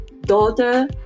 daughter